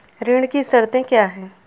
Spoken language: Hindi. ऋण की शर्तें क्या हैं?